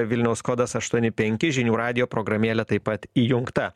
vilniaus kodas aštuoni penki žinių radijo programėlė taip pat įjungta